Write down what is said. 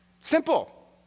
Simple